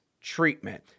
treatment